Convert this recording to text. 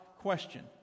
question